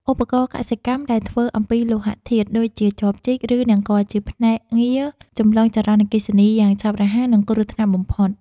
ឧបករណ៍កសិកម្មដែលធ្វើអំពីលោហធាតុដូចជាចបជីក ឬនង្គ័លជាភ្នាក់ងារចម្លងចរន្តអគ្គិសនីយ៉ាងឆាប់រហ័ស និងគ្រោះថ្នាក់បំផុត។